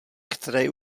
které